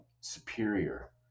superior